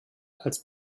als